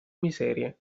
miserie